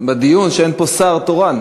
כשאין פה שר תורן.